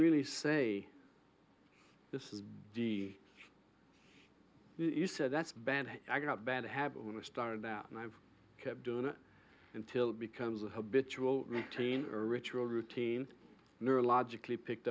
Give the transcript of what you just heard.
really say this is the you said that's bad i got bad habit when i started out and i've kept doing it until it becomes a habitual retainer ritual routine neurologically picked